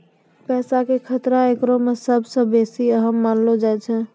पैसा के खतरा एकरा मे सभ से बेसी अहम मानलो जाय छै